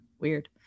Weird